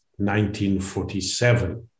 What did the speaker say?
1947